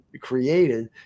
created